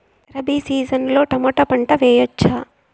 Rabi season లో tomato పంట వేయవచ్చా?